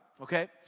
Okay